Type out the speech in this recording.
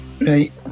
Right